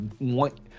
want